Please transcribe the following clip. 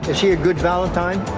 is he a good valentine?